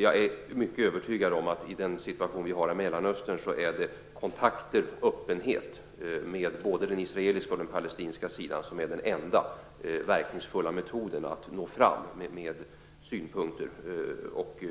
Jag är helt övertygad om att det i den situation som råder i Mellanöstern är kontakter och öppenhet med både den israeliska och den palestinska sidan som är den enda verkningsfulla metoden att nå fram med synpunkter och